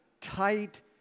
tight